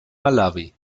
malawi